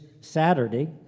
Saturday